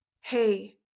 Hey